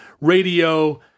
radio